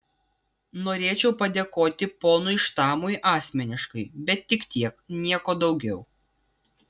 norėčiau padėkoti ponui štamui asmeniškai bet tik tiek nieko daugiau